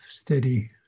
steady